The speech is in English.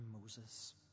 Moses